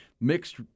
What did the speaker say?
Mixed